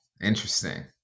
interesting